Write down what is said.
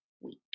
week